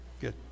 good